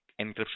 encryption